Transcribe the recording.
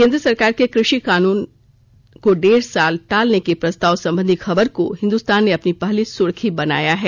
केंद्र सरकार के कृषि सुधार कानून को डेढ़ साल टालने के प्रस्ताव संबंधी खबर को हिंदुस्तान ने अपनी पहली सुर्खी बनाया है